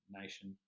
nation